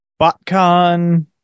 Botcon